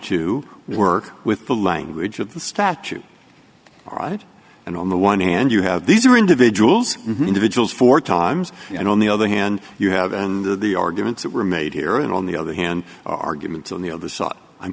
to work with the language of the statute and on the one hand you have these are individuals individuals four times and on the other hand you have and the arguments that were made here and on the other hand arguments on the other side i'm